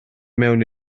mewn